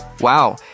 Wow